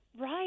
Right